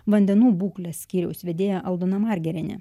vandenų būklės skyriaus vedėja aldona margerienė